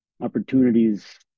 opportunities